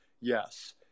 Yes